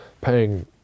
paying